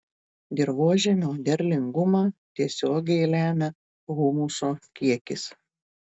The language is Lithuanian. dirvožemio derlingumą tiesiogiai lemia humuso kiekis